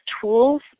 tools